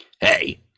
Hey